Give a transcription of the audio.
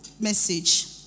message